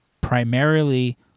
primarily